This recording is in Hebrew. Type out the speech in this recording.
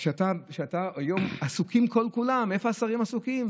היום עסוקים כל-כולם, איפה השרים עסוקים?